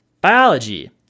Biology